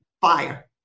fire